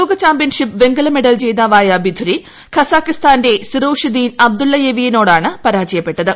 ലോക ചാമ്പ്യൻഷിപ്പ് വെങ്കല മെഡൽ ജേതാവായ ബിധുരി ഖസാക്കിസ്ഥാന്റെ സിറോഷിദ്ദീൻ അബ്ദുള്ളയേവി നോടാണ് പരാജയപ്പെട്ടത്